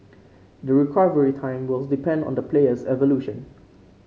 the recovery time will depend on the player's evolution